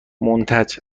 منتج